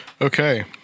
Okay